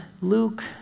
Luke